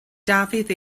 dafydd